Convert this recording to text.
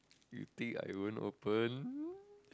you think I won't open